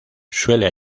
suele